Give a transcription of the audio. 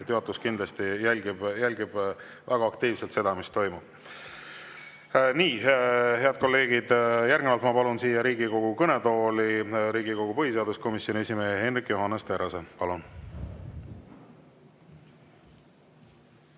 juhatus kindlasti jälgib väga aktiivselt seda, mis toimub. Nii. Head kolleegid, järgnevalt ma palun siia Riigikogu kõnetooli Riigikogu põhiseaduskomisjoni esimehe Hendrik Johannes Terrase. Palun!